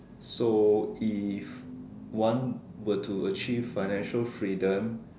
so if one would to achieve financial freedom